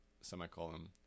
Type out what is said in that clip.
semicolon